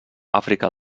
àfrica